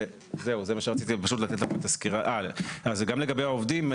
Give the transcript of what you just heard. גם לגבי העובדים,